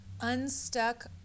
unstuck